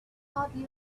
hardly